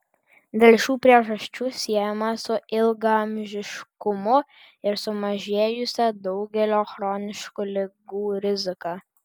dėl šių priežasčių siejama su ilgaamžiškumu ir sumažėjusia daugelio chroniškų ligų rizika